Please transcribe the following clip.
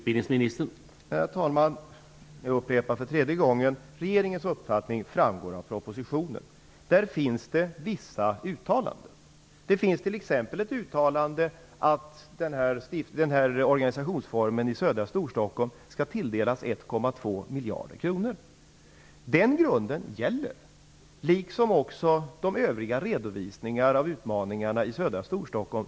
Herr talman! Jag upprepar för tredje gången: Regeringens uppfattning framgår av propositionen. Där finns vissa uttalanden. Det finns t.ex. ett uttalande om att 1,2 miljarder kronor skall anslås. Den grunden gäller, liksom också övriga i propositionen redovisade utmaningar i södra Storstockholm.